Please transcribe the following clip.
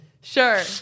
Sure